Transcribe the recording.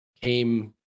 came